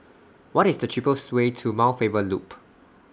What IS The cheapest Way to Mount Faber Loop